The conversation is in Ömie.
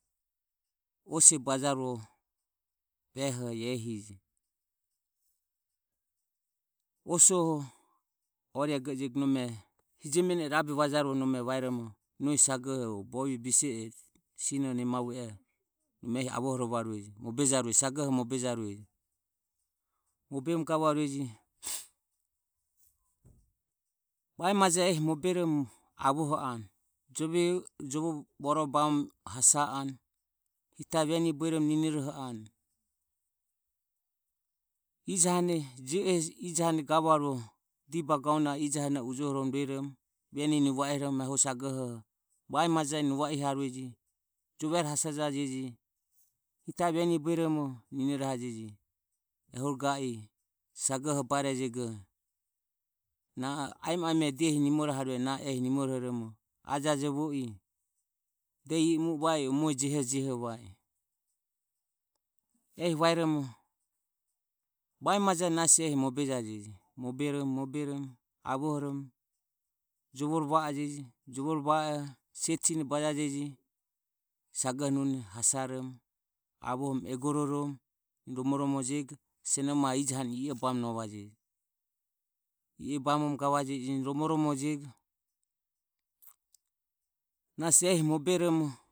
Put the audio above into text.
Ose bajarue behoho ia ehije. Osoho ori ege jigo nome hijiomene rabe vajarue nome vaeromo nosi sagoho o bovi bise e sinore nemavue oho ehi avohorovarueje muebejarueje sagohe muebejarueje mueberomo gavarueje vaemaje ehi moberomo avohoanue jovo voroe bamomo hasa anue hitae venire bueromo ninirohoanu ijo hane je o hesi ijo hane diba gauna ijo hane ujohorueromo veni nuvaihoromo vae amajae nuvaiharueje jovero hasajarueje hita venire bueromo ninirohajeje ehuro ga i sagoho barejego na o aimo aimo nimoroharuehi ehi na o ehi nimorohoromo ajajovo I de io mue va i o mujehojeho vae majae nasi moberomo moberomo avohomo jovore va ajeje. Jovore vae oho set sine bajajeje sagohe nune hasaromo avohoromo egororomo romo romo jego sinomaho ijo hane i e bamonovajeje, i e bamomromo gavajeje romo romojego nasi ehi moberomo.